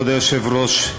כבוד היושב-ראש,